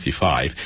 1965